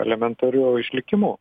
elementariu išlikimu